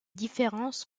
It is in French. différences